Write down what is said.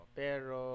pero